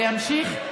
זה יימשך.